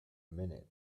minute